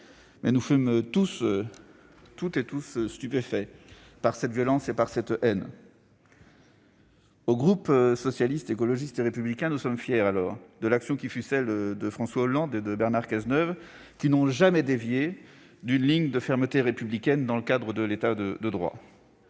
Mais nous fûmes, toutes et tous, stupéfaits par cette violence et par cette haine. Au sein du groupe Socialiste, Écologiste et Républicain, nous sommes fiers de l'action que menèrent, alors, François Hollande et Bernard Cazeneuve. Jamais ils n'ont dévié d'une ligne de fermeté républicaine dans le cadre de l'État de droit.